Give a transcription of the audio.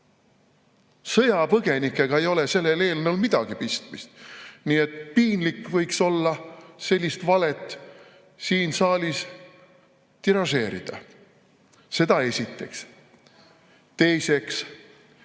Sõjapõgenikega ei ole sellel eelnõul midagi pistmist, nii et piinlik võiks olla sellist valet siin saalis tiražeerida. Seda esiteks. Teiseks,